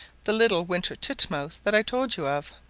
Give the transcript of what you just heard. the little winter titmouse that i told you of.